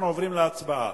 אנחנו עוברים להצבעה.